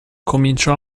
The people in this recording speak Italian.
cominciò